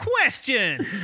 question